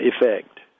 effect